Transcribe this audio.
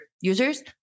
users